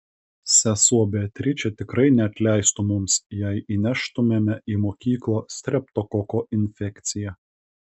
sesuo beatričė tikrai neatleistų mums jei įneštumėme į mokyklą streptokoko infekciją